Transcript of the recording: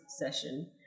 session